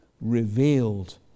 revealed